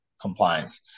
compliance